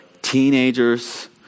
teenagers